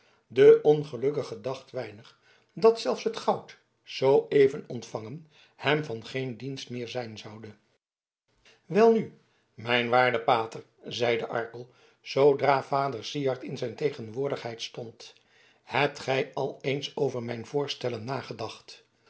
de ongelukkige dacht weinig dat zelfs het goud zooeven ontvangen hem van geen dienst meer zijn zoude welnu mijn waarde pater zeide arkel zoodra vader syard in zijn tegenwoordigheid stond hebt gij al eens over mijn voorstellen nagedacht